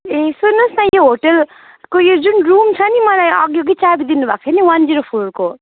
ए सुन्नुहोस् न यो होटलको यो जुन रुम छ नि मलाई अघि अघि चाबी दिनुभएको थियो नि वान जिरो फोरको